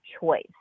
choice